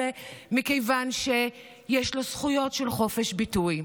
מכיוון שיש לו זכויות של חופש ביטוי.